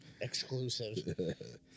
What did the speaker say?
exclusive